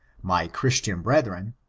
my christian brethren,